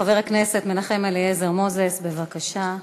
חבר הכנסת מנחם אליעזר מוזס, בבקשה.